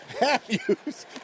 Matthews